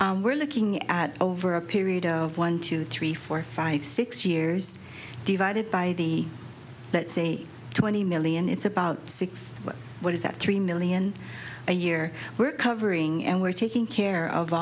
out we're looking at over a period of one two three four five six years divided by the let's say twenty million it's about six what is that three million a year we're covering and we're taking care of